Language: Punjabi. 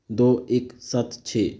ਦੋ ਇੱਕ ਸੱਤ ਛੇ